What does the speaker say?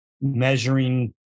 measuring